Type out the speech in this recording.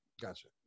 Gotcha